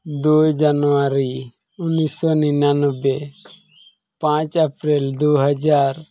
ᱫᱩᱭ ᱡᱟᱱᱣᱟᱨᱤ ᱩᱱᱤᱥᱥᱚ ᱱᱤᱨᱟᱱᱚᱵᱽᱵᱳᱭ ᱯᱟᱸᱪ ᱮᱯᱨᱤᱞ ᱫᱩ ᱦᱟᱡᱟᱨ